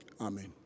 Amen